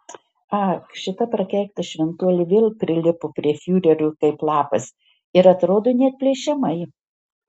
ak šita prakeikta šventuolė vėl prilipo prie fiurerio kaip lapas ir atrodo neatplėšiamai